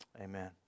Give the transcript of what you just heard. Amen